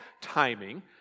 timing